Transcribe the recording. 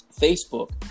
Facebook